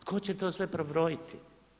Tko će to sve prebrojiti.